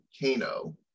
Kano